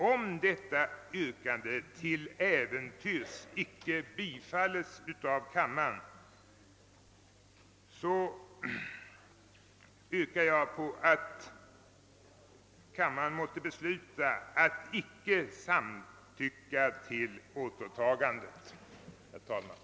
Om yrkandet till äventyrs icke bifalles av kammaren, hemställer jag att kammaren måtte besluta att icke godkänna återtagandet av propositionen.